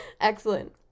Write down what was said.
Excellent